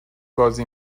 بازی